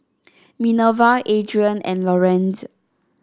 Minerva Adrien and Lorenz